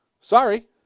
sorry